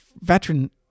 veteran